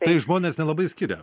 tai žmonės nelabai skiria